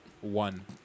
one